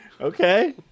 Okay